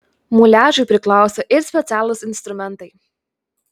muliažui priklauso ir specialūs instrumentai